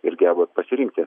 ir geba pasirinkti